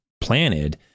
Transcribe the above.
planted